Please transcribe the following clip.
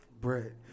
bread